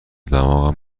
دماغم